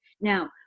Now